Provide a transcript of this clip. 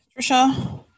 Trisha